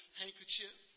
handkerchief